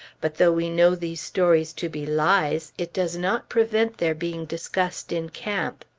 but though we know these stories to be lies, it does not prevent their being discussed in camp.